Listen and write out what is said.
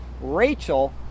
Rachel